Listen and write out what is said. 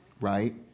right